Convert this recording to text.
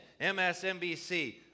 MSNBC